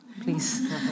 Please